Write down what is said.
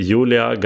Julia